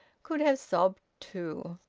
could have sobbed too.